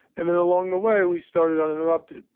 and then along the way, we started uninterrupted.